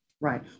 right